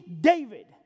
David